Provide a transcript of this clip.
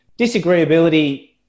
disagreeability